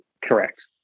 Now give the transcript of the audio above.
Correct